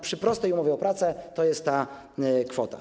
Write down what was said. Przy prostej umowie o pracę to jest ta kwota.